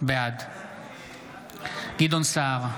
בעד גדעון סער,